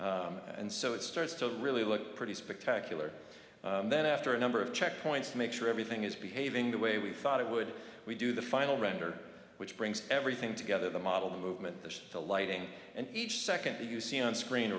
shadows and so it starts to really look pretty spectacular then after a number of checkpoints make sure everything is behaving the way we thought it would we do the final render which brings everything together the model the movement that the lighting and each second that you see on screen